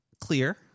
clear